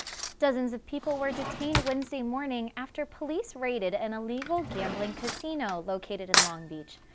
dozens of people were detained wednesday morning after police raided an illegal gambling casino located in long beach.